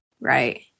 Right